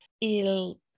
Il